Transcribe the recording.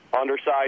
underside